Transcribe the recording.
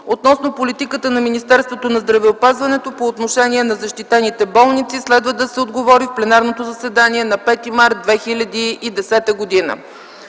относно политиката на Министерството на здравеопазването по отношение на „защитените болници”. Следва да се отговори в пленарното заседание на 5 март 2010 г.